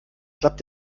klappt